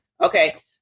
Okay